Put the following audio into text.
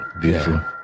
Beautiful